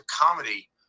comedy